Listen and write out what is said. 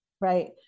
right